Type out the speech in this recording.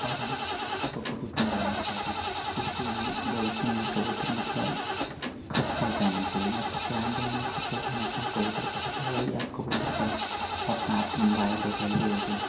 और हम आपको कबूतर के बारे में बता दें जिसे हम बोलते हैं कबूतर मतलब खत पहुँचाने के लिए मतलब पुराने ज़माने में खत पहुँचाने का काम कबूतर ही करते थे वही अब कबूतर कर अब कहाँ अब तो मोबाइल हो गया यह हो गया